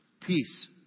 peace